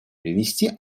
привести